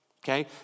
okay